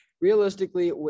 Realistically